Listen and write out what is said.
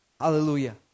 Hallelujah